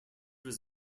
was